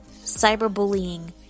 Cyberbullying